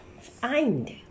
Find